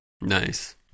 Nice